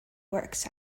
works